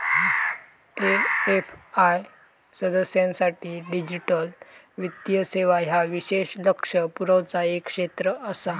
AFI सदस्यांसाठी digital वित्तीय सेवा ह्या विशेष लक्ष पुरवचा एक क्षेत्र आसा